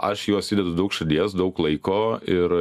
aš į juos įdedu daug širdies daug laiko ir